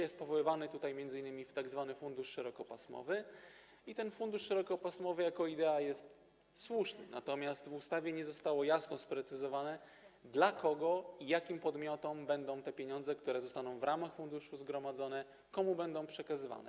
Jest powoływany tutaj m.in. tzw. Fundusz Szerokopasmowy i ten Fundusz Szerokopasmowy jako idea jest słuszny, natomiast w ustawie nie zostało jasno sprecyzowane, jakim podmiotom, komu będą te pieniądze, które zostaną w ramach funduszu zgromadzone, przekazywane.